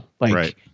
Right